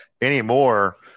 anymore